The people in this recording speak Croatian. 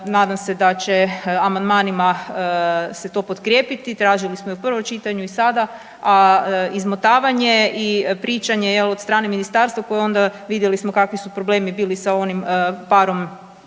nadam se da će amandmanima se to potkrijepiti, tražili smo to u prvom čitanju i sada, a izmotavanje i pričanje jel od strane ministarstva koje onda vidjeli smo kakvi su problemi bili sa onim parom